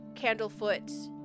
Candlefoot